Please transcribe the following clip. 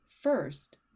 First